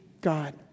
God